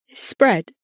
spread